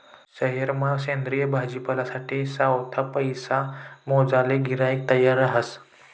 सयेरमा सेंद्रिय भाजीपालासाठे सावठा पैसा मोजाले गिराईक तयार रहास